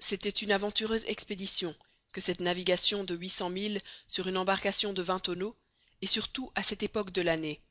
c'était une aventureuse expédition que cette navigation de huit cents milles sur une embarcation de vingt tonneaux et surtout à cette époque de l'année